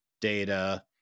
data